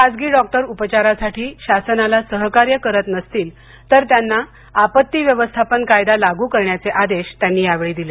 खासगी डॉक्टर उपचारासाठी शासनाला सहकार्य करीत नसतील तर त्यांना आपत्ती व्यवस्थापन कायदा लागू करण्याचे आदेश त्यांनी दिले